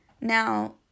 Now